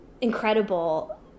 incredible